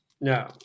No